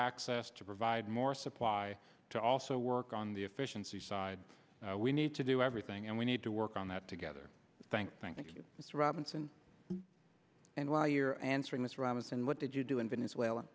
access to provide more supply to also work on the efficiency side we need to do everything and we need to work on that together thank thank you it's robinson and while you're answering this ramos and what did you do in venezuela